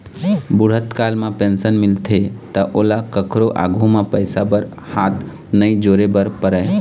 बूढ़त काल म पेंशन मिलथे त ओला कखरो आघु म पइसा बर हाथ नइ जोरे बर परय